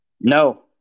no